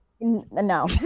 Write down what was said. No